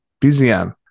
BZM